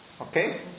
Okay